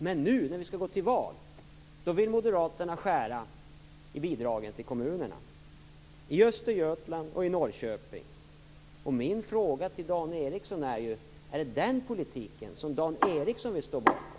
Men nu, när vi skall gå till val, vill moderaterna skära i bidragen till kommunerna - i Östergötland, i Norrköping. Min fråga till Dan Ericsson blir: Är det den politiken som Dan Ericsson vill stå bakom?